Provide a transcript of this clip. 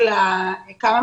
של כמות